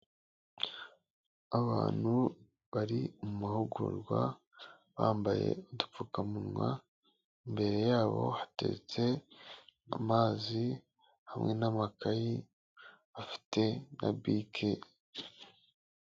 Abantu bari mu mahugurwa bambaye udupfukamunwa, imbere yabo hateretse amazi hamwe n'amakayi afite na bike.